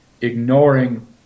ignoring